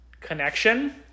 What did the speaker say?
connection